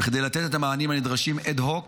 כדי לתת את המענים הנדרשים אד-הוק